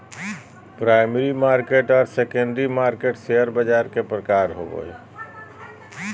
primary market आर secondary market share बाज़ार के प्रकार हइ